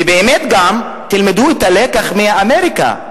ובאמת גם תלמדו את הלקח מאמריקה.